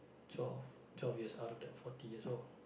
twelve twelve years out of that forty years old